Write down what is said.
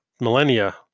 millennia